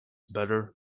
better